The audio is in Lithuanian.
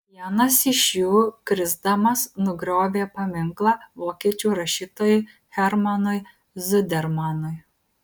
vienas iš jų krisdamas nugriovė paminklą vokiečių rašytojui hermanui zudermanui